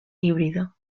híbrido